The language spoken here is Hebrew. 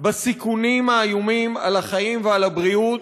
בסיכונים האיומים על החיים ועל הבריאות,